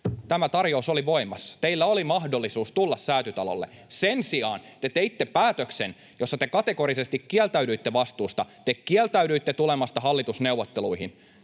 Tämä tarjous oli voimassa. Teillä oli mahdollisuus tulla Säätytalolle. Sen sijaan te teitte päätöksen, jossa te kategorisesti kieltäydyitte vastuusta. Te kieltäydyitte tulemasta hallitusneuvotteluihin.